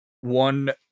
one